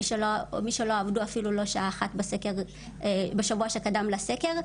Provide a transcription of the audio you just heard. מי שלא עבדו אפילו לא שעה אחת בשבוע שקדם לסקר,